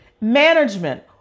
Management